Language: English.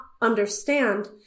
understand